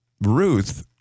Ruth